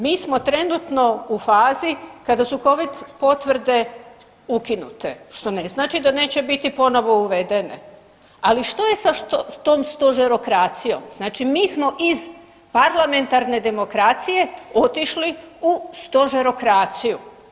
Mi smo trenutno u fazi kada su covid potvrde ukinute, što ne znači da neće biti ponovo uvedene, ali što je sa tom stožerokracijom, znači mi smo iz parlamentarne demokracije otišli u stožerokraciju.